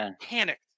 panicked